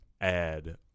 add